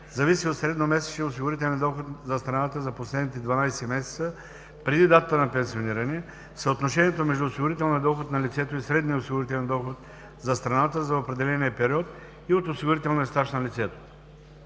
зависи от средномесечния осигурителен доход на страната за последните 12 месеца преди датата на пенсиониране, съотношението между осигурителния доход на лицето и средния осигурителен доход на страната за определения период и от осигурителния стаж на лицето.